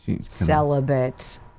celibate